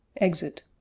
exit